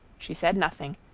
she said nothing,